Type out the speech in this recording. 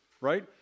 right